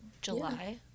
july